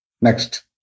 Next